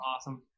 awesome